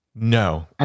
no